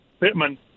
Pittman